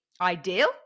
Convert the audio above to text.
ideal